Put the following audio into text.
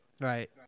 right